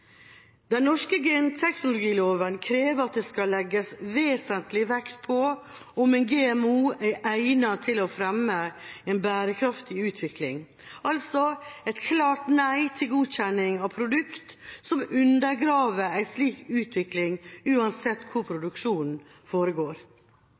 Den norske genteknologilova krever at det skal legges vesentlig vekt på om en GMO er egnet til å fremme en bærekraftig utvikling – altså et klart nei til godkjenning av produkter som undergraver en slik utvikling uansett hvor produksjonen foregår.